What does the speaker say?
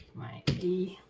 my a,